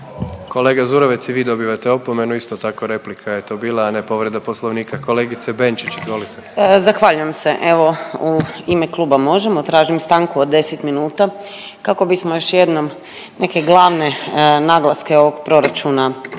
Kolega Zurovec i vi dobivate opomenu isto tako replika je to bila, a ne povreda Poslovnika. Kolegice Benčić, izvolite. **Benčić, Sandra (Možemo!)** Zahvaljujem se evo u ime kluba MOŽEMO. Tražim stanku od 10 minuta kako bismo još jednom neke glavne naglaske ovog proračuna